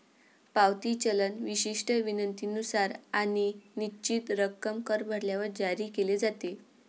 पावती चलन विशिष्ट विनंतीनुसार आणि निश्चित रक्कम कर भरल्यावर जारी केले जाते